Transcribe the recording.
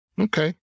okay